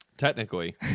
technically